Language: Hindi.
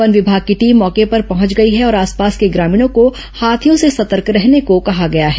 वन विभाग की टीम मौके पर पहंच गई है और आसपास के ग्रामीणों को हाथियों से सतर्क रहने को कहा गया है